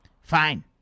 Fine